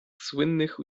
słynnych